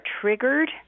triggered